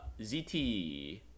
zt